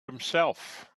himself